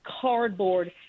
cardboard